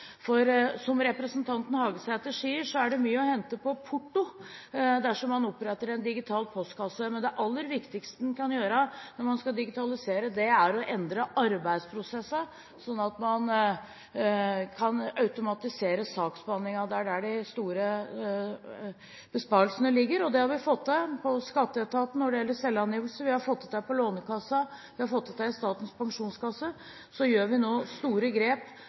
Som representanten Hagesæter sier, er det mye å hente på porto dersom man oppretter en digital postkasse. Men det aller viktigste man kan gjøre når man skal digitalisere, er å endre arbeidsprosesser, slik at man kan automatisere saksbehandlingen. Det er der de store besparelsene ligger. Det har vi fått til – i skatteetaten når det gjelder selvangivelser, vi har fått det til i Lånekassen, og vi har fått det til i Statens pensjonskasse. Så gjør vi nå store grep